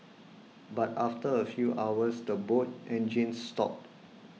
but after a few hours the boat engines stopped